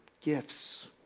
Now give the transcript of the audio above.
gifts